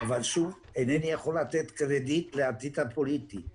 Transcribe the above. אבל אינני יכול לתת קרדיט לעתיד הפוליטי.